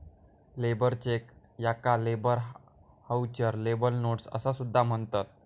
labour cheque याका labour voucher, labour notes असा सुद्धा म्हणतत